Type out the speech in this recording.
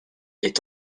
est